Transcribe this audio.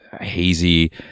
hazy